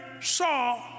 saw